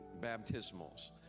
baptismals